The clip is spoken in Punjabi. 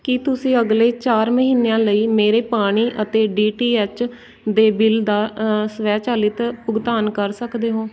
ਕੀ ਤੁਸੀਂਂ ਅਗਲੇ ਚਾਰ ਮਹੀਨਿਆਂ ਲਈ ਮੇਰੇ ਪਾਣੀ ਅਤੇ ਡੀ ਟੀ ਐੱਚ ਦੇ ਬਿੱਲ ਦਾ ਸਵੈਚਲਿਤ ਭੁਗਤਾਨ ਕਰ ਸਕਦੇ ਹੋ